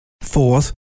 Fourth